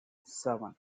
seven